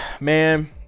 Man